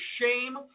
shame